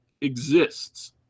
exists